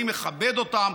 אני מכבד אותם.